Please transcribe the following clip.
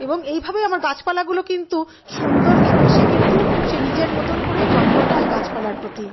এবং এইভাবে আমার গাছপালাগুলো কিন্তু সুন্দর থাকে সে কিন্তু সে নিজের মতন করেই যত্ন নেয় গাছপালার প্রতি